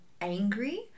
angry